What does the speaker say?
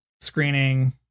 screening